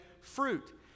fruit